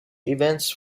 events